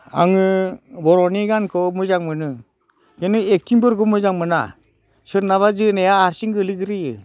आङो बर'नि गानखौ मोजां मोनो खिन्थु एक्टिंफोरखौ मोजां मोना सोरनाबा जोनाया आथिं गोलैग्रोयो